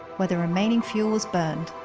where the remaining fuel was burned.